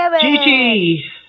Gigi